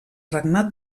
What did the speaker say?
regnat